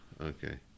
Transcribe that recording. okay